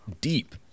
deep